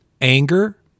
anger